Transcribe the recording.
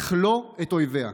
אך לא את אויביה.